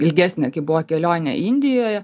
ilgesnė kaip buvo kelionė indijoje